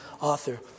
author